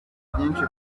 byinshi